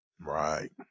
Right